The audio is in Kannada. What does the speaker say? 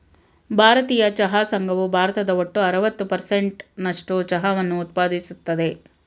ಭಾರತೀಯ ಚಹಾ ಸಂಘವು ಭಾರತದ ಒಟ್ಟು ಅರವತ್ತು ಪರ್ಸೆಂಟ್ ನಸ್ಟು ಚಹಾವನ್ನ ಉತ್ಪಾದಿಸ್ತದೆ